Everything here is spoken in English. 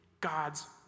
God's